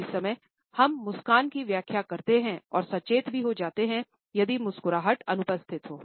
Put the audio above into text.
उसी समय हम मुस्कान की व्याख्या करते हैंऔर सचेत भी हो जाते हैं यदि मुस्कुराहट अनुपस्थिति हो